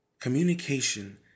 Communication